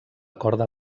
corda